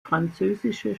französische